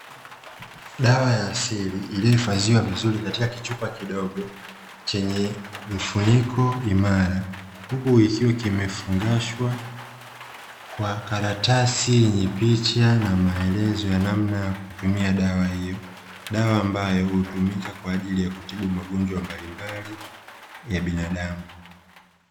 Dawa ya asili iliyohifadhiwa vizuri katika kichupa kidogo chenye mfuniko imara, huku kikiwa kimefungwashwa kwa karatasi yenye picha na maelezo ya namna ya kutumia dawa hiyo. Dawa ambayo hutumika kwa ajili ya kutibu magonjwa mbalimbali ya binadamu.